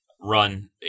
run